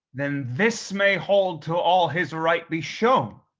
then this may hold till all his right be shown.